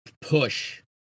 push